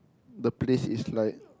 the place is like